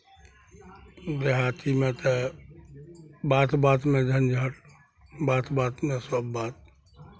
देहातीमे तऽ बात बातमे झञ्झट बात बातमे सभ बात